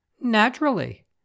Naturally